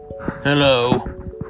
Hello